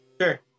Sure